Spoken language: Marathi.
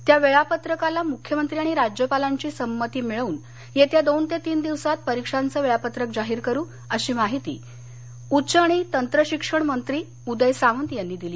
त्या वेळापत्रकाला मुख्यमंत्री आणि राज्यपालांची संमती मिळवून येत्या दोन ते तीन दिवसात परीक्षांचं वेळापत्रक जाहीर करू अशी माहिती अशी माहिती उच्च आणि तंत्रशिक्षण मंत्री उदय सामंत यांनी दिली